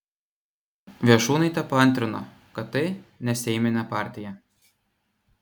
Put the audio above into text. viešūnaitė paantrino kad tai neseiminė partija